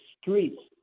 streets